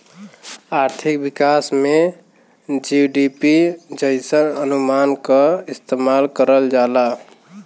आर्थिक विकास में जी.डी.पी जइसन अनुमान क इस्तेमाल करल जाला